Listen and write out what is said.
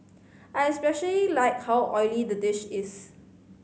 I especially like how oily the dish is